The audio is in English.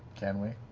can we?